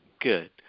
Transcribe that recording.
Good